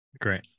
Great